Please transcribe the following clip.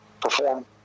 perform